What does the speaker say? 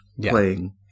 playing